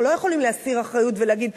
אנחנו לא יכולים להסיר אחריות ולהגיד: